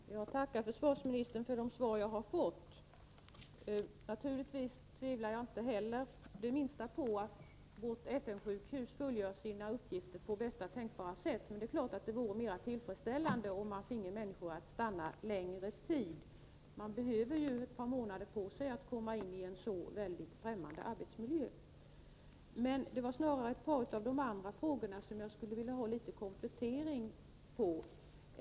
Herr talman! Jag tackar försvarsministern för de svar som jag har fått. Naturligtvis tvivlar jag inte det minsta på att vårt FN-sjukhus fullgör sina uppgifter på bästa tänkbara sätt, men det är klart att det vore mera tillfredsställande, om man finge människor att stanna längre tid. Det behövs ju ett par månader för att komma in i en så främmande arbetsmiljö. Det var snarast beträffande ett par av de andra frågorna som jag ville ha en liten komplettering.